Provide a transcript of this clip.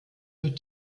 durch